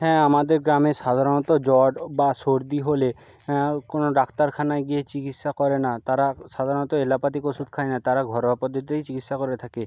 হ্যাঁ আমাদের গ্রামে সাধারণত জ্বর বা সর্দি হলে কোনো ডাক্তারখানায় গিয়ে চিকিৎসা করে না তারা সাধারণত এলাপাথিক ওষুধ খায় না তারা ঘরোয়া পদ্ধতিতেই চিকিৎসা করে থাকে